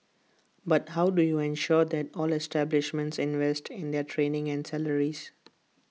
but how do you ensure that all establishments invest in their training and salaries